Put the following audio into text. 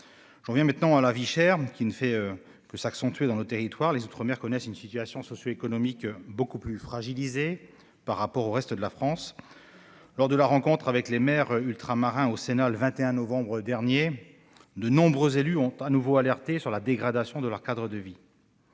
J'en viens maintenant à la vie chère, qui ne fait que s'accentuer dans nos territoires. Dans les outre-mer, la situation socio-économique est beaucoup plus fragilisée que dans le reste de la France. Lors de la rencontre organisée avec les maires ultramarins au Sénat, le 21 novembre dernier, de nombreux élus ont de nouveau sonné l'alerte quant à la dégradation du cadre de vie.